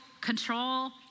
control